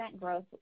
growth